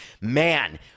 Man